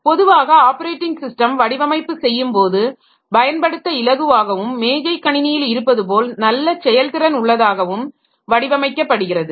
பொதுவாக operating system வடிவமைப்பு செய்யும் போது பயன்படுத்த இலகுவாகவும் மேஜை கணினியில் இருப்பதுபோல் நல்ல செயல்திறன் உள்ளதாகவும் வடிவமைக்கப்படுகிறது